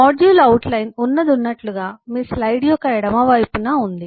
module outline ఉన్నదున్నట్లుగా మీ slide యొక్క ఎడమ వైపున ఉంది